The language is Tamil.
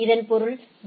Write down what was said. இதன் பொருள் பி